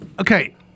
okay